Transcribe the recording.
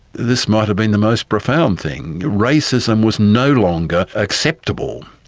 this might have been the most profound thing racism was no longer acceptable.